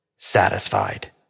satisfied